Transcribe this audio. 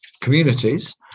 communities